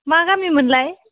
मा गामि मोनलाय